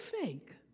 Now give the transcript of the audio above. fake